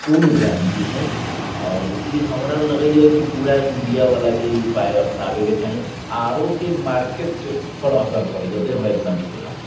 पूर्ण गारन्टी हइ आओर ई हमरा लगैए कि पूरा इण्डियावलाके ई उपाइ अपनाबैके चाही आर ओ के मार्केटपर असरि पड़ि जेतै हमरा एतना विश्वास अछि